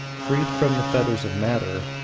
freed from the fetters of matter,